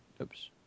oops